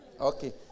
Okay